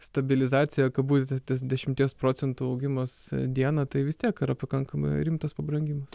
stabilizacija kabutėse tas dešimties procentų augimas dieną tai vis tiek yra pakankamai rimtas pabrangimas